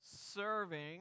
Serving